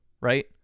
right